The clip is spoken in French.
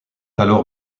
alors